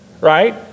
right